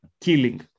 killing